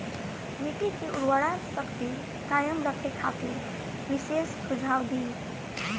मिट्टी के उर्वरा शक्ति कायम रखे खातिर विशेष सुझाव दी?